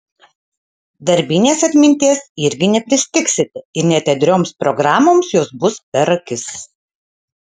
darbinės atminties irgi nepristigsite ir net ėdrioms programoms jos bus per akis